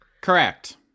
Correct